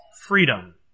freedom